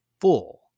full